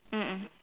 mm mm